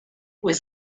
was